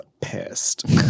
pissed